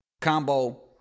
Combo